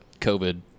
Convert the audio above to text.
covid